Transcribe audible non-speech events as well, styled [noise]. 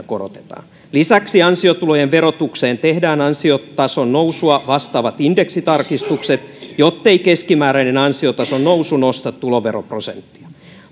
[unintelligible] korotetaan lisäksi ansiotulojen verotukseen tehdään ansiotason nousua vastaavat indeksitarkistukset jottei keskimääräinen ansiotason nousu nosta tuloveroprosenttia